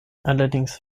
allerdings